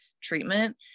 treatment